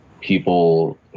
people